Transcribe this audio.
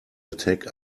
attack